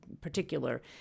particular